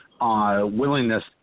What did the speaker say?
willingness